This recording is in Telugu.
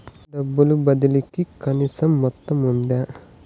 డబ్బు బదిలీ కి కనీస మొత్తం ఉందా?